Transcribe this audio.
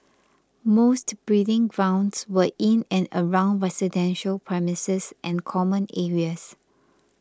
most breeding grounds were in and around residential premises and common areas